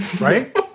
Right